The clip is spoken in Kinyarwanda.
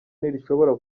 ntirishobora